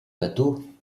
bateau